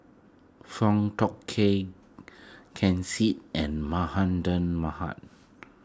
Foong Fook Kay Ken Seet and